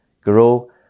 grow